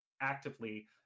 actively